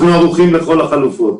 אנחנו ערוכים לכל החלופות.